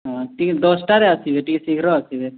ହଁ ଟିକିଏ ଦଶଟାରେ ଆସିବେ ଟିକିଏ ଶୀଘ୍ର ଆସିବେ